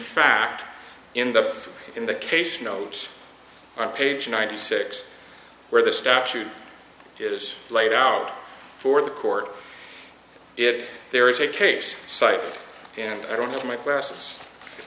fact in the in the case notes on page ninety six where the statute is laid out for the court if there is a case cite and i don't have my glasses